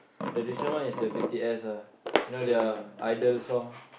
the recent one is the B_T_S ah you know their idol song